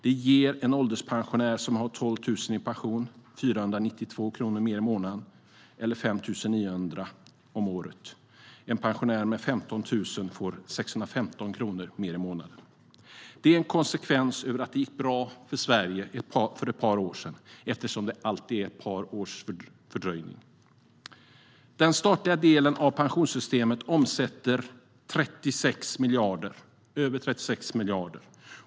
Det ger en ålderspensionär som har 12 000 i pension 492 kronor mer i månaden eller 5 900 kronor per år. En pensionär som har 15 000 i pension får 615 kronor mer i månaden. Det är en konsekvens av att det gick bra för Sverige för ett par år sedan, eftersom det alltid är ett par års fördröjning. Den statliga delen av pensionssystemet omsätter över 36 miljarder.